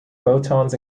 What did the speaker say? photons